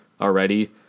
already